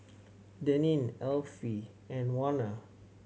Daneen Effie and Warner